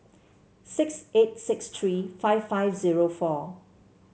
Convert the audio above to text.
six eight six three five five zero four